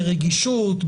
ברגישות,